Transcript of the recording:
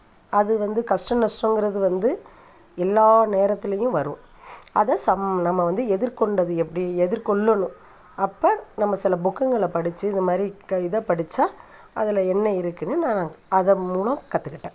அது வந்து கஸ்ட நஸ்டோங்கிறது வந்து எல்லா நேரத்துலையும் வரும் அதை சம் நம்ம வந்து எதிர்கொண்டது எப்படி எதிர்கொள்ளணும் அப்போ நம்ம சில புக்குங்களை படிச்சு இது மாதிரி க இத படிச்சால் அதில் என்ன இருக்குன்னு நான் நான் அதை மூலம் கற்றுக்கிட்டேன்